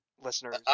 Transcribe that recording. listeners